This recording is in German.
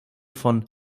von